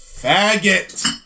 faggot